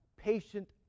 patient